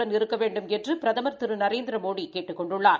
ஊரடங்கு இருக்க வேண்டுமென்று பிரதமர் திரு நரேந்திரமோடி கேட்டுக் கொண்டுள்ளார்